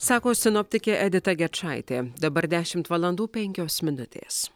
sako sinoptikė edita gečaitė dabar dešimt valandų penkios minutės